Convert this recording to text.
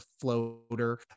floater